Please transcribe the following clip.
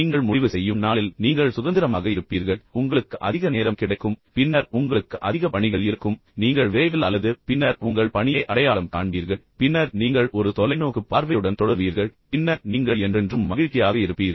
நீங்கள் முடிவு செய்யும் நாளில் நீங்கள் சுதந்திரமாக இருப்பீர்கள் உங்களுக்கு அதிக நேரம் கிடைக்கும் பின்னர் உங்களுக்கு அதிக பணிகள் இருக்கும் நீங்கள் விரைவில் அல்லது பின்னர் உங்கள் பணியை அடையாளம் காண்பீர்கள் பின்னர் நீங்கள் ஒரு தொலைநோக்கு பார்வையுடன் தொடருவீர்கள் பின்னர் நீங்கள் என்றென்றும் மகிழ்ச்சியாக இருப்பீர்கள்